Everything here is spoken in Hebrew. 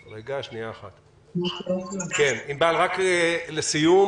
עינבל, רק לסיום